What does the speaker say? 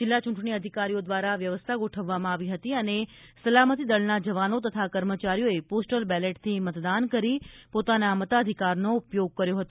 જિલ્લા ચૂંટણી અધિકારીઓ દ્વારા વ્યવસ્થા ગોઠવવામાં આવી હતી અને સલામતિ દળના જવાનો તથા કર્મચારીઓએ પોસ્ટલ બેલેટથી મતદાન કરી પોતાના મતાધિકારનો ઉપયોગ કર્યો હતો